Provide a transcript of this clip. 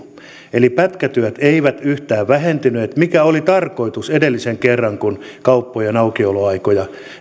eli pätkätyöt eivät yhtään vähentyneet mikä oli tarkoitus edellisen kerran kun kauppojen aukioloaikoja